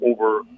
over